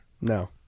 No